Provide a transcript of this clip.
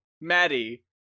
Maddie